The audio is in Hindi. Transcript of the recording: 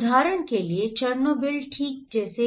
उदाहरण के लिए चेरनोबिल ठीक जैसे